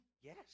Yes